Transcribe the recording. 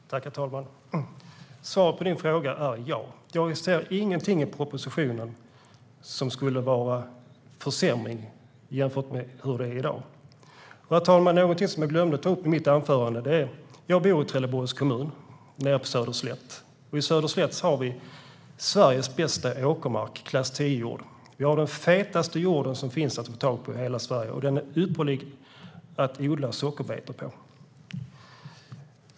Herr talman! Svaret på frågan är ja. Jag ser ingenting i propositionen som skulle vara en försämring jämfört med hur det är i dag. Jag glömde att ta upp en sak i mitt anförande. Jag bor i Trelleborgs kommun nere i Söderslätt. Där har vi Sveriges bästa åkermark med klass 10-jord. Vi har den fetaste jorden i hela Sverige, och den är ypperlig för att odla sockerbetor.